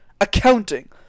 Accounting